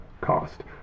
cost